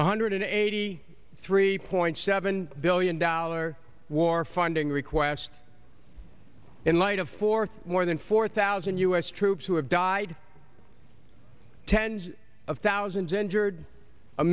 one hundred eighty three point seven billion dollar war funding request in light of four more than four thousand u s troops who have died tens of thousands injured a